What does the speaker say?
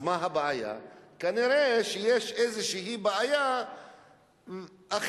וכשיש רצון וחושבים על בעיה,